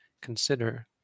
consider